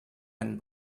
einen